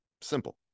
simple